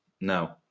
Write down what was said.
No